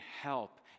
help